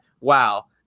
wow